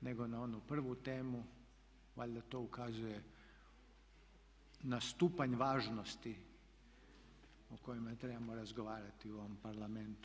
nego na onu prvu temu, valjda to ukazuje na stupanj važnosti o kojima trebamo razgovarati u ovom Parlamentu.